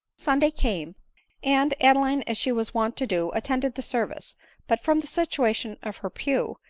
sunday came and adeline, as she was wont to do, attended the service but, from the situation of her pew,